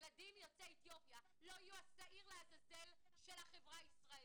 ילדים יוצאי אתיופיה לא יהיו השעיר לעזאזל של החברה הישראלית,